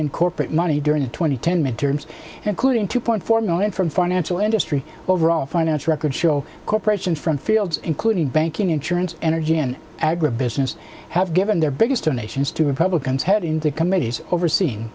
in corporate money during the two thousand and ten midterms including two point four million from financial industry overall financial records show corporation from fields including banking insurance energy and agribusiness have given their biggest donations to republicans head into committees overseeing